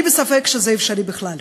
אני בספק אם זה אפשרי בכלל.